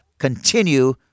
continue